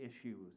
issues